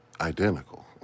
identical